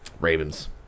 Ravens